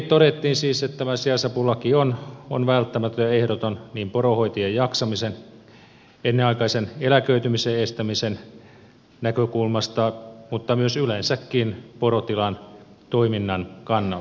todettiin siis että tämä sijaisapulaki on välttämätön ja ehdoton niin poronhoitajien jaksamisen ennenaikaisen eläköitymisen estämisen näkökulmasta mutta myös yleensäkin porotilan toiminnan kannalta